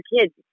kids